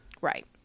Right